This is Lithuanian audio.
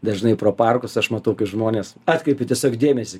dažnai pro parkus aš matau žmones atkreipiu tiesiog dėmesį